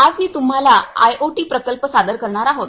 आज आम्ही तुम्हाला आयओटी प्रकल्प सादर करणार आहोत